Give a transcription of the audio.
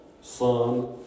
Son